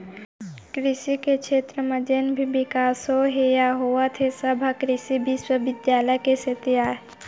कृसि के छेत्र म जेन भी बिकास होए हे या होवत हे सब ह कृसि बिस्वबिद्यालय के सेती अय